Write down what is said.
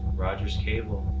roger's cable.